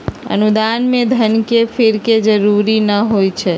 अनुदान में धन के फिरे के जरूरी न होइ छइ